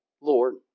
Lord